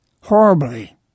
horribly